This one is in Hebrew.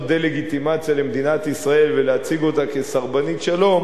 דה-לגיטימציה למדינת ישראל ולהציג אותה כסרבנית שלום,